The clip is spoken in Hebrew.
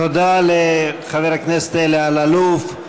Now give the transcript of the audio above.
תודה לחבר הכנסת אלי אלאלוף.